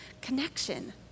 connection